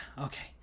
okay